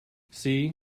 see